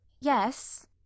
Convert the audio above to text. Yes